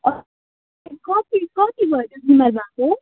कति कति भयो त्यो बिमार भएको